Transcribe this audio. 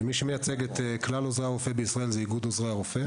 מי שמייצג את כלל עוזרי הרופא בישראל זה איגוד עוזרי הרופא.